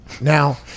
Now